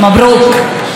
מברוכ.